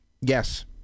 Yes